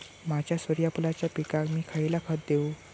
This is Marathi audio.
माझ्या सूर्यफुलाच्या पिकाक मी खयला खत देवू?